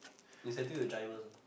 incentive to drivers ah